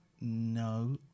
no